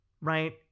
right